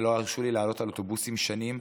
ולא הרשו לי לעלות על אוטובוסים שנים.